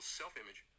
self-image